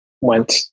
went